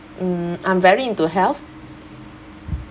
mm I'm very into health